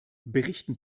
berichten